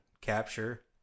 capture